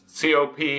COP